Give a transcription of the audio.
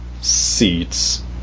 seats